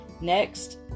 Next